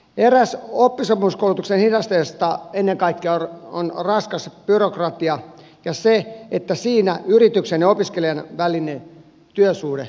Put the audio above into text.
eräs oppisopimuskoulutuksen hidasteista on ennen kaikkea raskas byrokratia ja se että siinä yrityksen ja opiskelijan välinen työsuhde solmitaan